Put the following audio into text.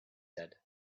said